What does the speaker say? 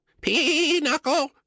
Pee-knuckle